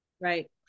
right